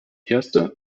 erste